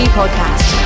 podcast